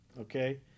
okay